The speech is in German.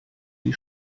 die